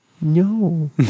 No